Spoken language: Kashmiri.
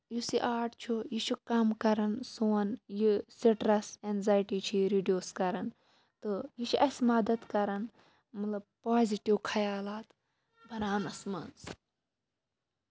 یُس یہِ آٹ چھُ یہِ چھُ کَم کران سون یہِ سِٹریس انزایٹی چھِ یہِ رِڈیوٗس کران تہٕ یہِ چھُ اَسہِ مَدد کران مطلب پوزِٹِو خَیالات بَناونَس منٛز